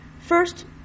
First